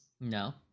No